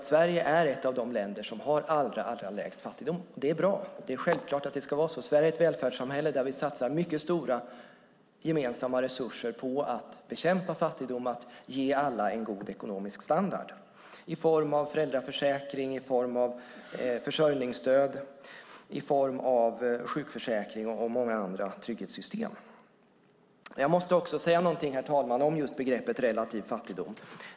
Sverige är alltså ett av de länder som har allra lägst fattigdom. Det är bra. Det är självklart att det ska vara så. Sverige är ett välfärdssamhälle där vi satsar mycket stora gemensamma resurser på att bekämpa fattigdom och ge alla en god ekonomisk standard. Det gör vi i form av föräldraförsäkring, försörjningsstöd, sjukförsäkring och många andra trygghetssystem. Jag måste, herr talman, säga något om just begreppet "relativ fattigdom".